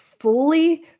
fully